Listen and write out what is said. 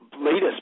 latest